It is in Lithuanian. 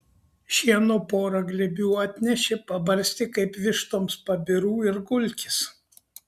šieno pora glėbių atnešė pabarstė kaip vištoms pabirų ir gulkis